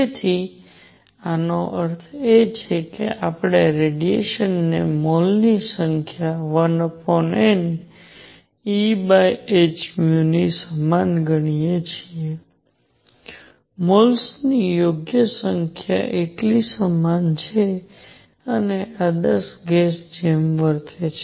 તેથી આનો અર્થ એ છે કે આપણે રેડિયેશન ને મોલ્સ ની સંખ્યા 1NEhν ની સમાન ગણી શકીએ છીએ મોલ્સ ની યોગ્ય સંખ્યા એટલી સમાન છે અને આદર્શ ગેસની જેમ વર્તે છે